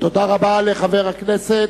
תודה רבה לחבר הכנסת.